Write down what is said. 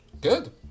Good